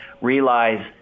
realize